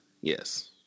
Yes